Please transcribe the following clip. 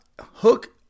Hook